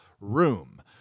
room